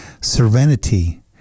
serenity